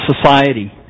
society